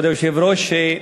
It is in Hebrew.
כבוד היושב-ראש,